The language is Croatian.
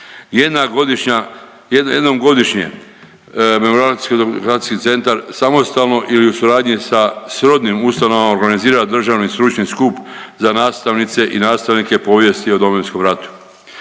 Jednom godišnje Memoracijsko-dokumentacijski centar samostalno ili u suradnji sa srodnim ustanovama organizira državni stručni skup za nastavnice i nastavnike povijesti o Domovinskom ratu.